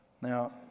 Now